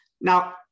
Now